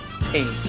team